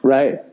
Right